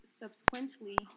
subsequently